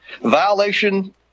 violation